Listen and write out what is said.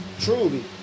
truly